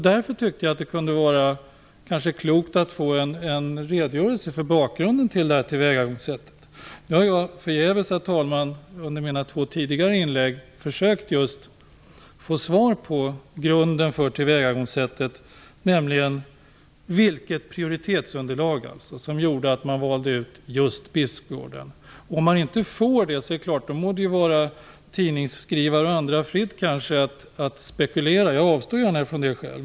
Därför tyckte jag att det kunde vara klokt att få en redogörelse för bakgrunden till det här tillvägagångssättet. Herr talman! Under mina två tidigare inlägg har jag förgäves försökt att få svar på just grunden för tillvägagångssättet. Vilket prioriteringsunderlag var det som gjorde att man valde ut just Bispgården? När man inte får svar på den frågan må det kanske stå tidningsskrivare och andra fritt att spekulera. Jag avstår gärna från det.